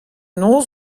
noz